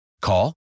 Call